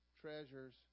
treasures